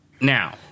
Now